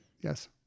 Yes